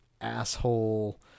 asshole